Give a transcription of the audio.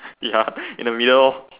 ya in the middle